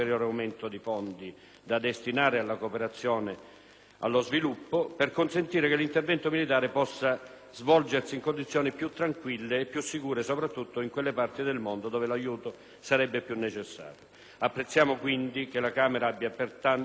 svolgersi in condizioni più tranquille e più sicure soprattutto in quelle parti del mondo dove l'aiuto sarebbe più necessario. Apprezziamo, quindi, che la Camera abbia portato all'introduzione di tale voce di spesa, ma riteniamo che la cifra stabilita non sia ancora sufficiente ai fini dell'attività.